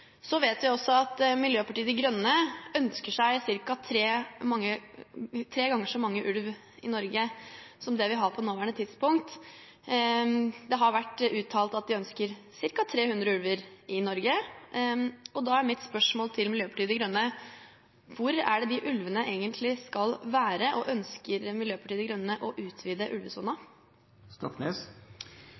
Vi vet også at Miljøpartiet De Grønne ønsker seg ca. tre ganger så mange ulv i Norge som det vi har på nåværende tidspunkt. Det har vært uttalt at de ønsker ca. 300 ulver i Norge. Da er mitt spørsmål til Miljøpartiet De Grønne: Hvor er det de ulvene egentlig skal være? Ønsker Miljøpartiet De Grønne å utvide